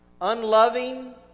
unloving